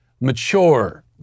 mature